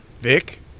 Vic